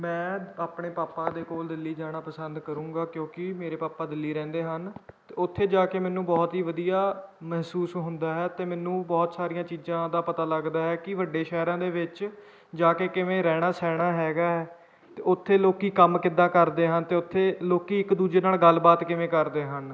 ਮੈਂ ਆਪਣੇ ਪਾਪਾ ਦੇ ਕੋਲ ਦਿੱਲੀ ਜਾਣਾ ਪਸੰਦ ਕਰੂੰਗਾ ਕਿਉਂਕਿ ਮੇਰੇ ਪਾਪਾ ਦਿੱਲੀ ਰਹਿੰਦੇ ਹਨ ਅਤੇ ਉੱਥੇ ਜਾ ਕੇ ਮੈਨੂੰ ਬਹੁਤ ਹੀ ਵਧੀਆ ਮਹਿਸੂਸ ਹੁੰਦਾ ਹੈ ਅਤੇ ਮੈਨੂੰ ਬਹੁਤ ਸਾਰੀਆਂ ਚੀਜ਼ਾਂ ਦਾ ਪਤਾ ਲੱਗਦਾ ਹੈ ਕਿ ਵੱਡੇ ਸ਼ਹਿਰਾਂ ਦੇ ਵਿੱਚ ਜਾ ਕੇ ਕਿਵੇਂ ਰਹਿਣਾ ਸਹਿਣਾ ਹੈਗਾ ਅਤੇ ਉੱਥੇ ਲੋਕ ਕੰਮ ਕਿੱਦਾਂ ਕਰਦੇ ਹਨ ਅਤੇ ਉੱਥੇ ਲੋਕ ਇੱਕ ਦੂਜੇ ਨਾਲ ਗੱਲਬਾਤ ਕਿਵੇਂ ਕਰਦੇ ਹਨ